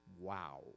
Wow